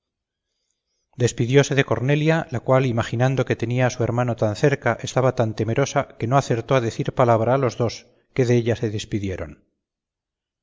despidióse de cornelia la cual imaginando que tenía a su hermano tan cerca estaba tan temerosa que no acertó a decir palabra a los dos que della se despidieron